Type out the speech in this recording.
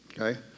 okay